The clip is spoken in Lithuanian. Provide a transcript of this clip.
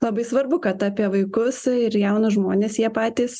labai svarbu kad apie vaikus ir jaunus žmones jie patys